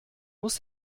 muss